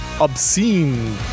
obscene